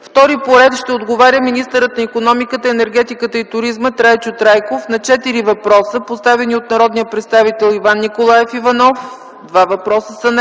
Втори ще отговаря министърът на икономиката, енергетиката и туризма Трайчо Трайков на четири въпроса, поставени от народните представители Иван Николаев Иванов – два въпроса,